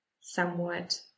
somewhat